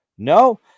No